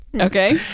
Okay